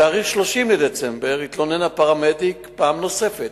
בתאריך 30 בדצמבר התלונן הפרמדיק פעם נוספת,